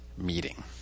meeting